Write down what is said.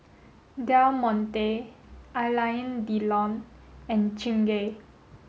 Del Monte Alain Delon and Chingay